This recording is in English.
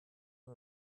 and